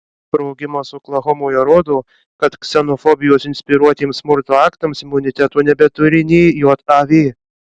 sprogimas oklahomoje rodo kad ksenofobijos inspiruotiems smurto aktams imuniteto nebeturi nė jav